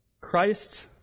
Christ